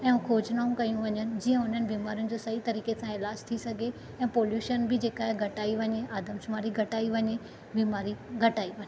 ऐं खोजनाऊं कयूं वञनु जीअं हुन बीमारियुनि जो सही तरीक़े सां इलाजु थी सघे ऐं पॉल्यूशन बि जेका घटाई वञे आदमशुमारी घटाई वञे बीमारी घटाई वञे